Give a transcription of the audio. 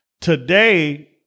today